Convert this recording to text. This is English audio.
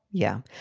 yeah.